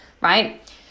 right